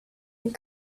and